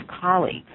colleagues